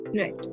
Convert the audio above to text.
Right